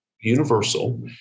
universal